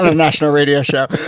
um national radio show.